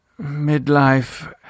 midlife